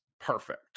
perfect